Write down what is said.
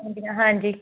ਹਾਂਜੀ